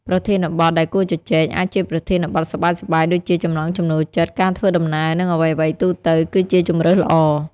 ប្រធានបទដែលគួរជជែក អាចជាប្រធានបទសប្បាយៗ ដូចជា ចំណង់ចំណូលចិត្ត ការធ្វើដំណើរ និងអ្វីៗទូទៅ គឺជាជម្រើសល្អ។